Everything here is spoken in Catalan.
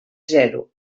zero